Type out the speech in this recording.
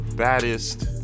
Baddest